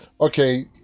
Okay